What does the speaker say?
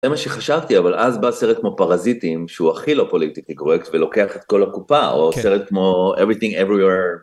זה מה שחשבתי, אבל אז בא סרט כמו פרזיטים, שהוא הכי לא פוליטיקי קורקט, ולוקח את כל הקופה, או סרט כמו Everything Everywhere.